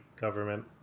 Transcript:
government